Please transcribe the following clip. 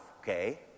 okay